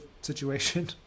situation